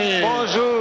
Bonjour